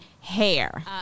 hair